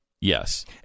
yes